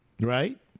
Right